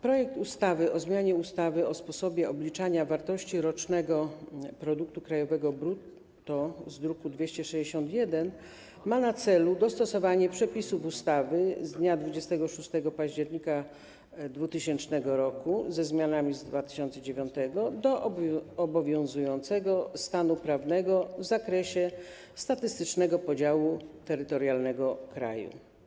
Projekt ustawy o zmianie ustawy o sposobie obliczania wartości rocznego produktu krajowego brutto, z druku nr 261, ma na celu dostosowanie przepisów ustawy z dnia 26 października 2000 r. ze zmianami z 2009 r. do obowiązującego stanu prawnego w zakresie statystycznego podziału terytorialnego kraju.